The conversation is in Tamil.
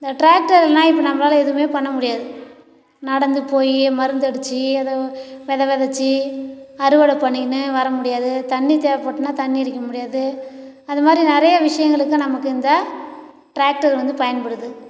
இந்த டிராக்டர் இல்லைனா இப்போ நம்பளால் எதுவுமே பண்ண முடியாது நடந்து போய் மருந்தடிச்சு அதை வித விதச்சி அறுவடை பண்ணிக்கின்னு வர முடியாது தண்ணி தேவைப்பட்டுதுன்னா தண்ணி அடிக்க முடியாது அது மாதிரி நிறைய விஷயங்களுக்கு நமக்கு இந்த டிராக்டர் வந்து பயன்படுது